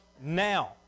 now